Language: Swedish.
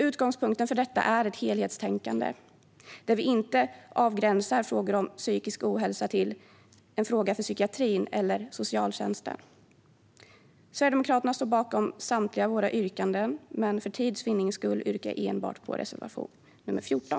Utgångspunkten för detta är ett helhetstänkande, där vi inte avgränsar frågor om psykisk ohälsa till en fråga för psykiatrin eller för socialtjänsten. Vi i Sverigedemokraterna står bakom samtliga våra yrkanden, men för tids vinnande yrkar jag bifall enbart till reservation 14.